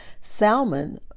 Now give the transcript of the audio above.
Salmon